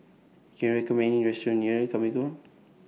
Can YOU recommend Me A Restaurant near Carmichael